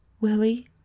Willie